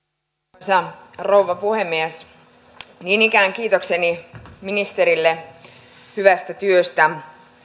arvoisa rouva puhemies niin ikään kiitokseni ministerille hyvästä työstä